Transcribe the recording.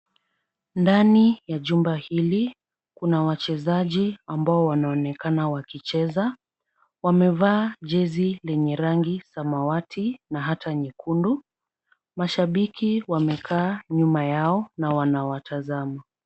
Ndani ya jumba hili kuna wachezaji ambao wanaonekana wakicheza. Wamevaa jezi lenye rangi samawati na ata nyekundu. Mashabiki wamekaa nyuma yao na wanawatazama.